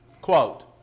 Quote